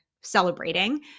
celebrating